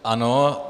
Ano.